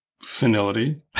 senility